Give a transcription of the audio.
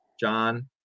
John